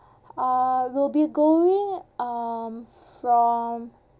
uh we'll be going um from